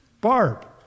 Barb